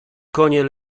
konie